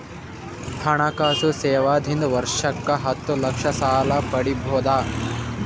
ಹಣಕಾಸು ಸೇವಾ ದಿಂದ ವರ್ಷಕ್ಕ ಹತ್ತ ಲಕ್ಷ ಸಾಲ ಪಡಿಬೋದ?